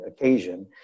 occasion